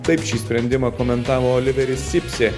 taip šį sprendimą komentavo oliveris sipsė